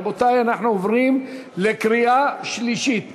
רבותי, אנחנו עוברים לקריאה שלישית.